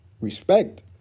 Respect